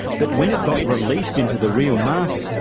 but when it got released into the real market,